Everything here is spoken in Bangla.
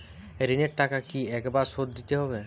ঋণের টাকা কি একবার শোধ দিতে হবে?